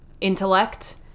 intellect